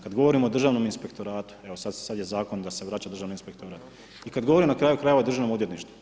Kada govorimo o Državnom inspektoratu, evo sada je zakon da se vraća Državni inspektorat, i kada govorimo na kraju krajeva o državnom odvjetništvu.